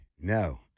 no